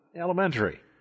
elementary